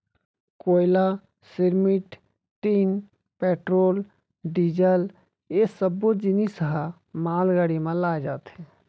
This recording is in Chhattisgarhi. कोयला, सिरमिट, टीन, पेट्रोल, डीजल ए सब्बो जिनिस ह मालगाड़ी म लाए जाथे